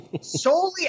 solely